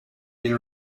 been